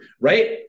right